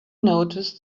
noticed